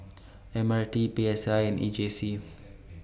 M R T P S I and E J C